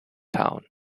town